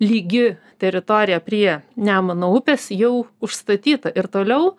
lygi teritorija prie nemuno upės jau užstatyta ir toliau